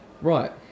right